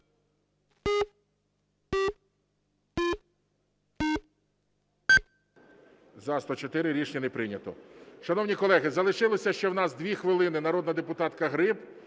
За-104 Рішення не прийнято. Шановні колеги, залишилося ще в нас 2 хвилини. Народна депутатка Гриб